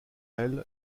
elles